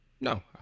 no